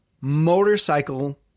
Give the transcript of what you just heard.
motorcycle